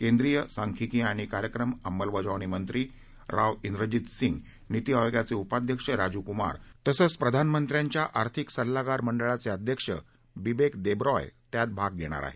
केंद्रीय सांख्यिकी आणि कार्यक्रम अमलबजावणी मंत्री राव इंद्रजित सिंग नीती आयोगाचे उपाध्यक्ष राजीव कुमार तसंच प्रधानमंत्र्यांच्या आर्थिक सल्लागार मंडळाचे अध्यक्ष बिबेक देबरॉय त्यात भाग घेणार आहेत